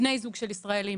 בני זוג של ישראלים,